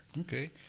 Okay